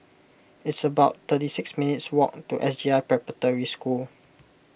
it's about thirty minutes' walk to S J I Preparatory School